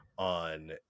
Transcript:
on